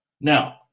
Now